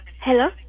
Hello